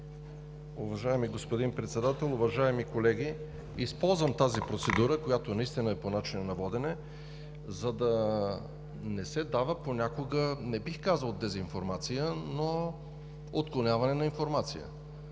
Уважаеми господин Председател, уважаеми колеги! Използвам тази процедура, която наистина е по начина на водене, за да не се дава понякога, не бих казал, дезинформация, но отклоняване на информация.